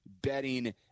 betting